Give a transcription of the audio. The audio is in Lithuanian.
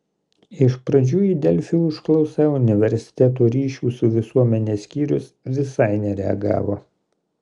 iš pradžių į delfi užklausą universiteto ryšių su visuomene skyrius visai nereagavo